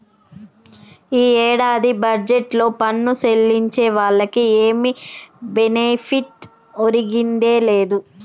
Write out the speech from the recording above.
ఈ ఏడాది బడ్జెట్లో పన్ను సెల్లించే వాళ్లకి ఏమి బెనిఫిట్ ఒరిగిందే లేదు